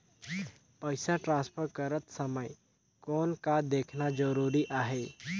पइसा ट्रांसफर करत समय कौन का देखना ज़रूरी आहे?